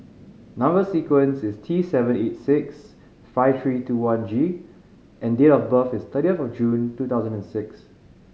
number sequence is T seven eight six five three two one G and date of birth is thirtieth June two thousand and six